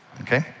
Okay